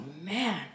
man